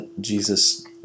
Jesus